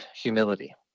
humility